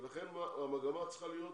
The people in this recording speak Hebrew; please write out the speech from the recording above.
ולכן המגמה צריכה להיות